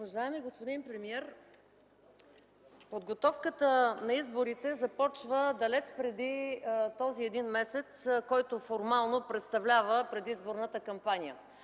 Уважаеми господин премиер, подготовката на изборите започва далеч преди този един месец, който формално представлява предизборната кампания